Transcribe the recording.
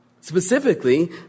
Specifically